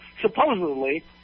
supposedly